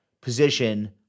position